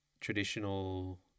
traditional